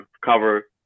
cover